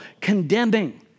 condemning